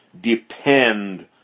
depend